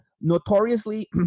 notoriously